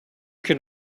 can